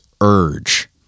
urge